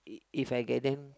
If I get them